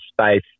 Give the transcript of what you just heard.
space